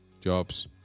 jobs